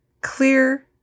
clear